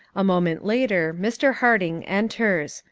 a moment later mr. harding enters.